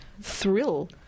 thrill